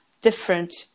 different